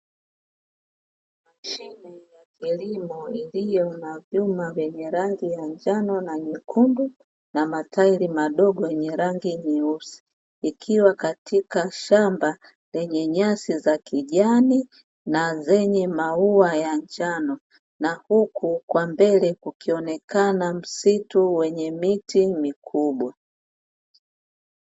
Mashine ya kilimo iliyo na vyuma vyenye rangi ya njano na nyekundu na matairi madogo yenye rangi nyeusi, ikiwa katika shamba lenye nyasi za kijani na zenye maua ya njano na huku kwa mbele kukionekana msitu wenye miti mikubwa.